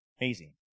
Amazing